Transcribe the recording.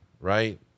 Right